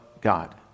God